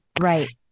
Right